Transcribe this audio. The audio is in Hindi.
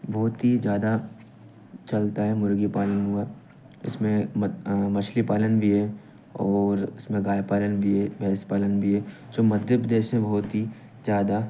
बहुत ही ज़्यादा चलता है मुर्गी पालन हुआ इसमें मत मछली पालन भी है और इसमें गाय पालन भी है भैंस पालन भी है जो मध्य प्रदेश में बहुत ही ज़्यादा